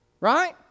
Right